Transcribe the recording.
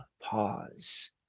pause